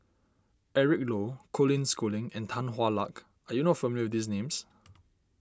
Eric Low Colin Schooling and Tan Hwa Luck are you not familiar with these names